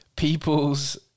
people's